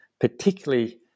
particularly